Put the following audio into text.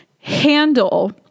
handle